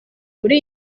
muri